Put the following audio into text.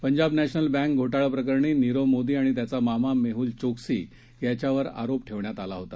Punjab national bank घोटाळाप्रकरणी नीरव मोदी आणि त्याचा मामा मेहल चोक्सी याच्यावर आरोप ठेवण्यात आला होता